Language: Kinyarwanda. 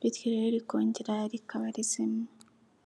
bityo rero rikongera rikaba rizima.